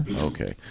Okay